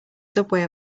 subway